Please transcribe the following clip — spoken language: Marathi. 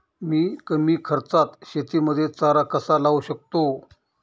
मी कमी खर्चात शेतीमध्ये चारा कसा लावू शकतो?